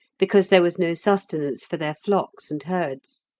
because there was no sustenance for their flocks and herds.